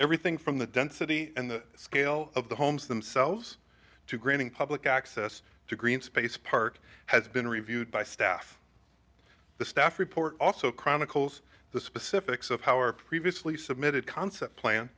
everything from the density and the scale of the homes themselves to granting public access to green space park has been reviewed by staff the staff report also chronicles the specifics of how our previously submitted concept plan